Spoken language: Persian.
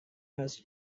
است